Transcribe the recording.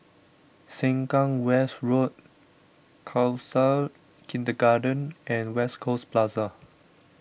Sengkang West Road Khalsa Kindergarten and West Coast Plaza